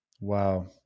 Wow